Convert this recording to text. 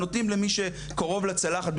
נותנים רק שקרוב לצלחת,